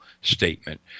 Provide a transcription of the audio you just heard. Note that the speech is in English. statement